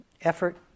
effort